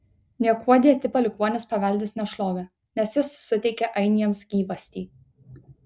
niekuo dėti palikuonys paveldės nešlovę nes jis suteikė ainiams gyvastį